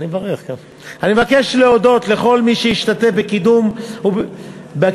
אני מבקש להודות לכל מי שהשתתף בקידום החוק,